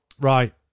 right